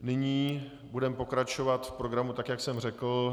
Nyní budeme pokračovat v programu, tak jak jsem řekl.